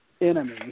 enemy